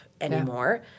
anymore